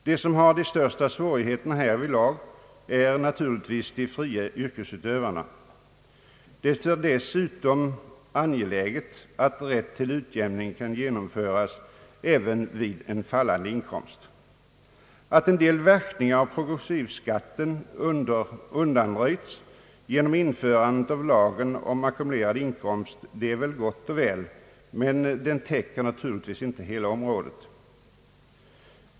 De som har de största svårigheterna härvidlag är naturligtvis utövarna av de fria yrkena. Det är dessutom angeläget att rätt till utjämning kan genomföras även vid en fallande inkomst. Det är gott och väl att en del verkningar av den progressiva beskattningen undanröjs genom införandet av lagen om ackumulerad inkomst, men den lagen täcker naturligtvis inte hela området.